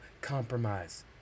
compromise